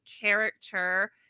character